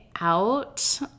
out